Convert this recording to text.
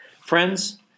Friends